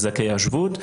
לזכאי השבות,